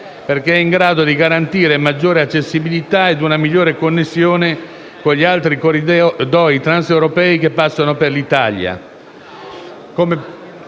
perché è in grado di garantire maggiore accessibilità ed una migliore connessione con gli altri corridoi transeuropei che passano per l'Italia.